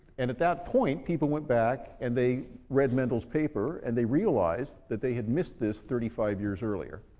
and at that point people went back and they read mendel's paper, and they realized that they had missed this thirty five years earlier.